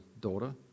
daughter